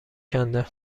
کندم